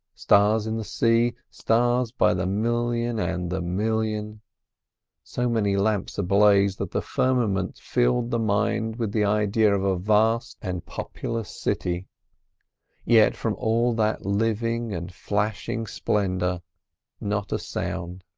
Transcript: stars in the sea, stars by the million and the million so many lamps ablaze that the firmament filled the mind with the idea of a vast and populous city yet from all that living and flashing splendour not a sound.